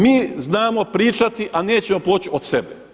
Mi znamo pričati a nećemo poći od sebe.